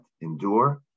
endure